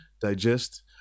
digest